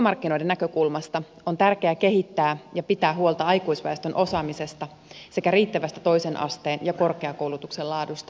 työmarkkinoiden näkökulmasta on tärkeää kehittää ja pitää huolta aikuisväestön osaamisesta sekä riittävästä toisen asteen ja korkeakoulutuksen laadusta ja tarjonnasta